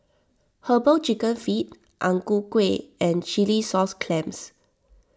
Herbal Chicken Feet Ang Ku Kueh and Chilli Sauce Clams